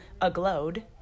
aglowed